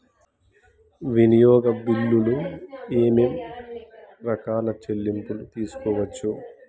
వినియోగ బిల్లులు ఏమేం రకాల చెల్లింపులు తీసుకోవచ్చు?